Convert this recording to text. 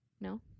No